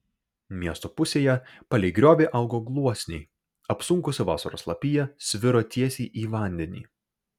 miesto pusėje palei griovį augo gluosniai apsunkusi vasaros lapija sviro tiesiai į vandenį